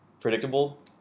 predictable